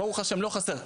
ברוך השם, לא חסר.